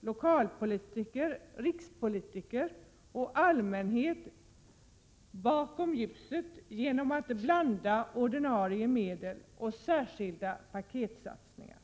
lokalpolitiker, rikspolitiker och allmänheten bakom ljuset genom att blanda ordinarie medel och särskilda paketsatsningar.